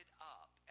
up